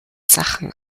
sachen